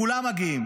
כולם מגיעים,